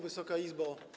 Wysoka Izbo!